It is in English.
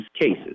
cases